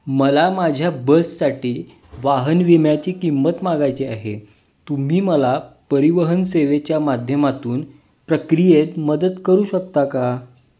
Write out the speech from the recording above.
मला माझ्या बससाठी वाहन विम्याची किंमत मागायची आहे तुम्ही मला परिवहन सेवेच्या माध्यमातून प्रक्रियेत मदत करू शकता का